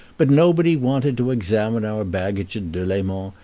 but nobody wanted to examine our baggage at delemont,